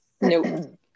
no